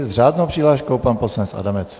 S řádnou přihláškou pan poslanec Adamec.